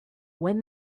when